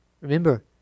Remember